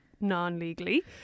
non-legally